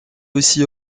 aussi